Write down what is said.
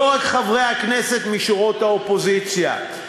לא רק חברי כנסת משורות האופוזיציה.